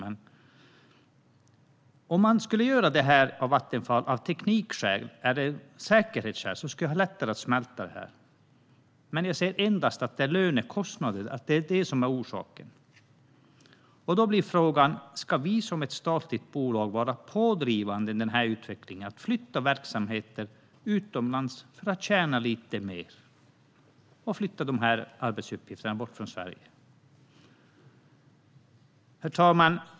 Om Vattenfall skulle göra detta av teknik eller säkerhetsskäl skulle jag ha lättare att smälta det, men som jag ser det är det endast lönekostnaden som är orsaken. Då blir frågan om vi som ett statligt bolag ska vara pådrivande i utvecklingen att verksamheter och arbetsuppgifter flyttas utomlands, bort från Sverige, för att tjäna lite mer. Herr talman!